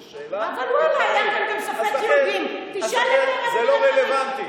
זו שאלה, אז לכן, זה לא רלוונטי.